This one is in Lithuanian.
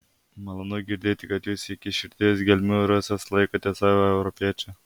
malonu girdėti kad jūs iki širdies gelmių rusas laikote save europiečiu